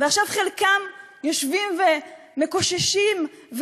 ועכשיו חלקם יושבים ומקוששים,